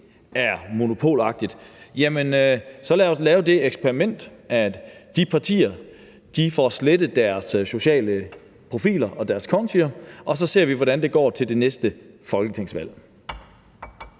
jeg sige: Jamen så lad os lave det eksperiment, at de partier får slettet deres sociale profiler og deres konti, og så ser vi, hvordan det går til det næste folketingsvalg.